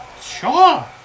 sure